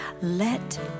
let